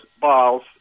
balls